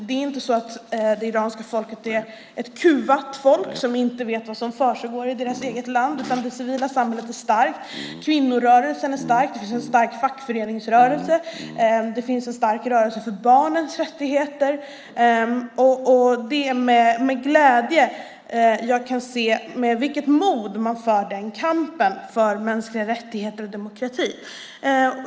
Det är inte så att det iranska folket är ett kuvat folk som inte vet vad som försiggår i deras eget land, utan det civila samhället är starkt. Kvinnorörelsen är stark. Det finns en stark fackföreningsrörelse. Det finns en stark rörelse för barnens rättigheter. Det är med glädje jag kan se med vilket mod man för kampen för mänskliga rättigheter och demokrati.